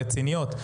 רציניות,